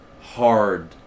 hard